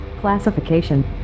Classification